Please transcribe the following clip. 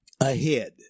ahead